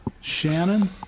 Shannon